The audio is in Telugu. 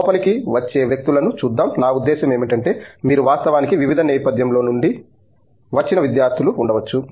లోపలికి వచ్చే వ్యక్తులను చూద్దాం నా ఉద్దేశ్యం ఏమిటంటే మీరు వాస్తవానికి వివిధ నేపథ్యంలో నుండి వచ్చిన విద్యార్థులు ఉండవచ్చు